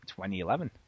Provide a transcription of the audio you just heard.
2011